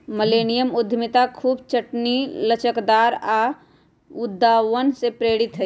millennium उद्यमिता खूब खटनी, लचकदार आऽ उद्भावन से प्रेरित हइ